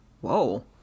Whoa